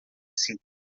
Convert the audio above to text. cinco